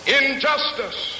injustice